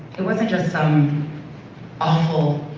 it wasn't just some awful